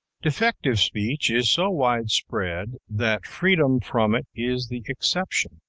defective speech is so widespread that freedom from it is the exception.